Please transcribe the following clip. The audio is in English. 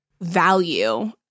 value